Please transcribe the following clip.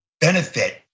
benefit